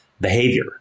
behavior